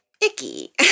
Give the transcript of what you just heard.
icky